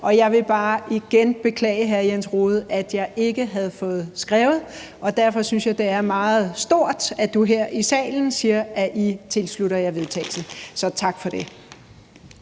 Og jeg vil bare igen beklage, hr. Jens Rohde, at jeg ikke havde fået skrevet, og derfor synes jeg, det er meget stort, at du her i salen siger, at I tilslutter jer forslaget til vedtagelse. Så tak for det.